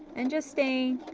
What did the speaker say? and just staying,